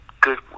good